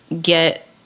get